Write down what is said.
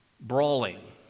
Brawling